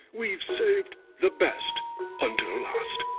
we've saved the best until last.